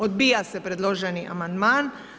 Odbija se predloženi amandman.